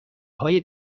های